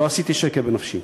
לא עשיתי שקר בנפשי.